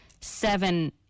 seven